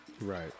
Right